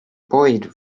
boyd